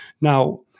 Now